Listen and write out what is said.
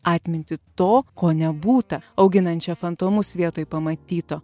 atmintį to ko nebūta auginančią fantomus vietoj pamatyto